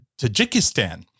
Tajikistan